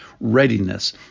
readiness